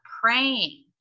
Praying